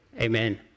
Amen